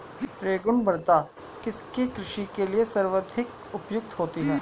रेगुड़ मृदा किसकी कृषि के लिए सर्वाधिक उपयुक्त होती है?